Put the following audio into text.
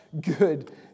good